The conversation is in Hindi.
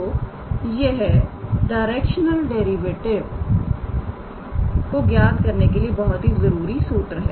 तो यह डायरेक्शनल डेरिवेटिव को ज्ञात करने के लिए बहुत ही जरूरी सूत्र है